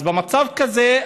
אז במצב כזה,